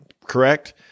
correct